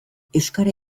euskara